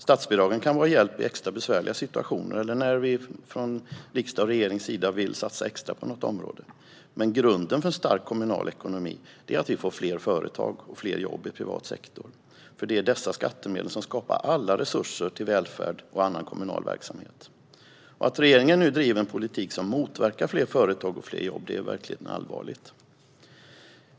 Statsbidragen kan vara en hjälp i extra besvärliga situationer eller när vi från riksdagens och regeringens sida vill satsa extra på något område. Men grunden för en stark kommunal ekonomi är att vi får fler företag och fler jobb i privat sektor, för det är dessa skattemedel som skapar alla resurser till välfärd och annan kommunal verksamhet. Att regeringen nu driver en politik som motverkar fler företag och fler jobb är verkligen allvarligt.